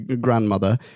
grandmother